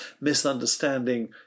misunderstanding